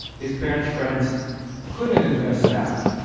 his parents friends couldn't invest in apple,